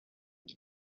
muy